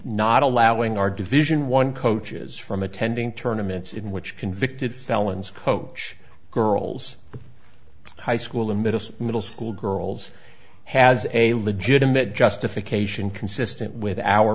not allowing our division one coaches from attending tournaments in which convicted felons coach girls high school and middle middle school girls has a legitimate justification consistent with our